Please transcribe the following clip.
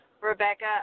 Rebecca